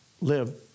live